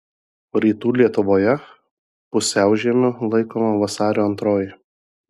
rytų lietuvoje pusiaužiemiu laikoma vasario antroji